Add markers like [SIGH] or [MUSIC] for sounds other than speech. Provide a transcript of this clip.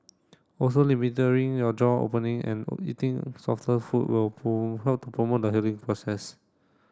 also [UNINTELLIGIBLE] your jaw opening and eating softer food will [UNINTELLIGIBLE] help to promote the healing process